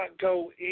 go